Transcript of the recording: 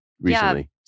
recently